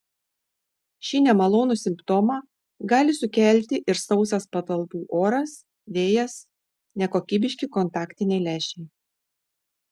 šį nemalonų simptomą gali sukelti ir sausas patalpų oras vėjas nekokybiški kontaktiniai lęšiai